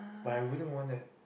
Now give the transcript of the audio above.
but I wouldn't want that